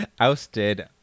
ousted